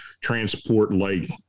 transport-like